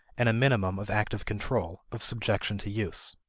and a minimum of active control, of subjection to use.